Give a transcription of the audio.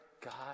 God